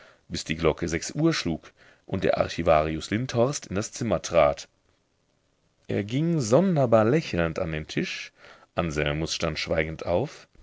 bis die glocke sechs uhr schlug und der archivarius lindhorst in das zimmer trat er ging sonderbar lächelnd an den tisch anselmus stand schweigend auf